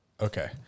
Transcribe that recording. Okay